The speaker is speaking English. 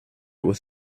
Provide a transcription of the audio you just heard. with